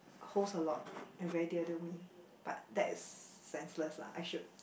holds a lot and very dear to me but that is senseless lah I should